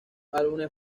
álbumes